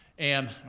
and,